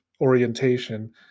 orientation